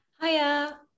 Hiya